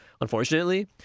unfortunately